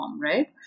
right